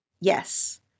Yes